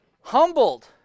humbled